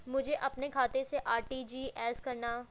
मुझे अपने खाते से आर.टी.जी.एस करना?